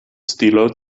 stilo